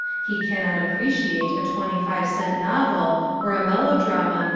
he cannot appreciate a twenty-five-cent novel, or a melodrama,